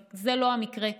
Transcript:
זה לא המקרה כאן,